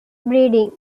breeding